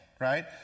right